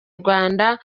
rwanda